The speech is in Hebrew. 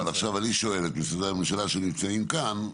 אבל עכשיו אני שואל את משרדי הממשלה שנמצאים כאן,